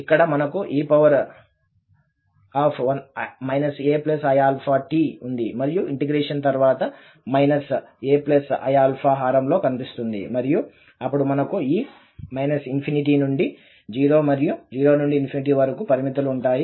ఇక్కడ మనకు e aiαt ఉంది మరియు ఇంటిగ్రేషన్ తర్వాత aiα హారం లో కనిపిస్తుంది మరియు అప్పుడు మనకు ఈ ∞ నుండి 0 మరియు 0 నుండి ∞ వరకు పరిమితులు ఉంటాయి